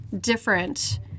different